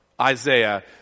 Isaiah